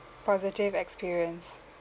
positive experience